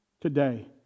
today